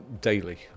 daily